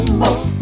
more